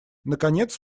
наконец